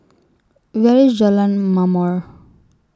Where IS Jalan Mamor